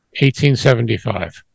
1875